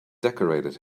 decorated